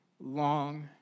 long